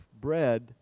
bread